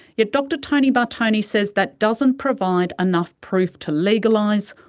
yet dr tony bartone says that doesn't provide enough proof to legalise,